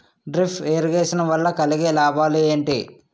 Drip irrigation వల్ల కలిగే లాభాలు ఏంటి?